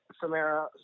Samara